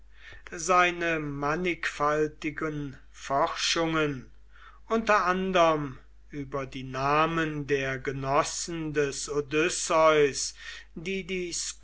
seine mannigfaltigen forschungen unter anderm über die namen der genossen des odysseus die